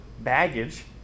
baggage